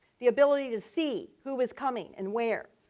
the ability to see who was coming and where.